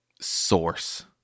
source